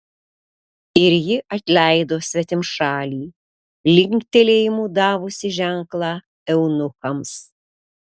ir ji atleido svetimšalį linktelėjimu davusi ženklą eunuchams